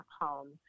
home